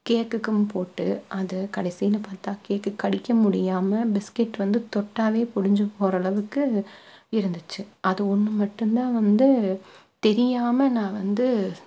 கேக்குக்கும் போட்டு அது கடைசினு பார்த்தா கேக்கு கடிக்க முடியாமல் பிஸ்கெட் வந்து தொட்டாலே ஒடிஞ்சு போகிற அளவுக்கு இருந்துச்சு அது ஒன்று மட்டும்தான் வந்து தெரியாமல் நான் வந்து